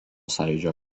sąjūdžio